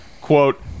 quote